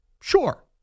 Sure